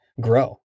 grow